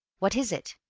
what is it?